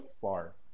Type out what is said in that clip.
far